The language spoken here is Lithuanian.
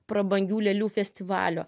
prabangių lėlių festivalio